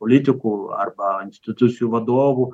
politikų arba institucijų vadovų